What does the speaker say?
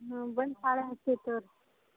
ಹಾಂ ಬಂದು ಕಾಲ್ ಹಾಕ್ತೀವಿ ತೋರಿ